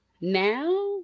Now